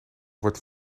wordt